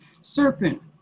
Serpent